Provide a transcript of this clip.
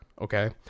Okay